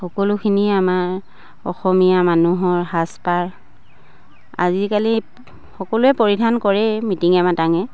সকলোখিনিয়ে আমাৰ অসমীয়া মানুহৰ সাজ পাৰ আজিকালি সকলোৱে পৰিধান কৰে মিটিঙে মাতাঙে